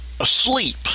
asleep